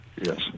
Yes